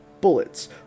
bullets